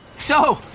so.